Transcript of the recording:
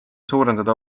suurendada